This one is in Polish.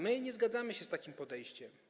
My nie zgadzamy się z takim podejściem.